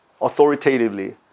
authoritatively